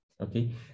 Okay